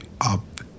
up